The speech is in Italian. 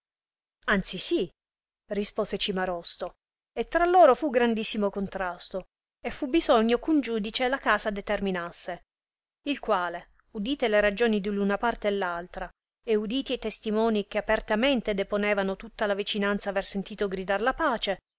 anzi sì rispose cimarosto e tra loro fu grandissimo contrasto e fu bisogno eh un giudice la causa determinasse il quale udite le ragioni di un una parte e l'altra e uditi e testimoni che apertamente deponevano tutta la vicinanza aver sentito gridar la pace